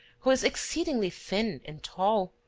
who is exceedingly thin and tall,